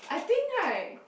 I think right